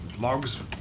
logs